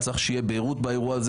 צריך שתהיה בהירות באירוע הזה.